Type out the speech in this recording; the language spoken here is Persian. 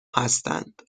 هستند